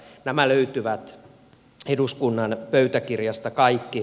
nämä löytyvät eduskunnan pöytäkirjasta kaikki